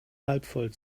halbvoll